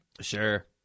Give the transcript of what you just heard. sure